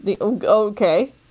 Okay